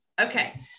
okay